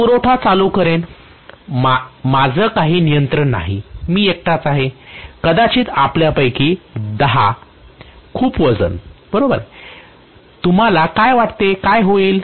मी पुरवठा चालू करीन माझं काही नियंत्रण नाही मी एकटाच नाही कदाचित आपल्यापैकी 10 खूप वजन तुम्हाला काय वाटते काय होईल